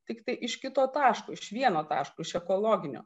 tiktai iš kito taško iš vieno taško iš ekologinio